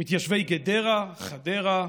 מתיישבי גדרה, חדרה,